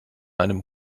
einem